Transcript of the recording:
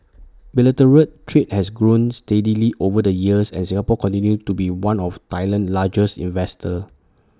bilateral trade has grown steadily over the years and Singapore continues to be one of Thailand's largest investors